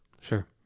Sure